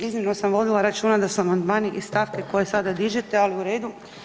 Iznimno sam vodila računa da su amandmani iz stavke koje sada dižete, ali u redu.